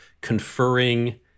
conferring